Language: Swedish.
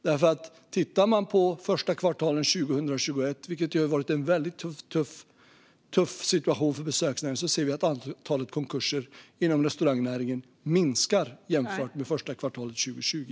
Under första kvartalet 2021, vilket har inneburit en väldigt tuff situation för besöksnäringen, ser vi att antalet konkurser inom restaurangnäringen minskar jämfört med första kvartalet 2020.